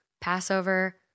Passover